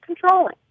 controlling